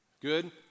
Good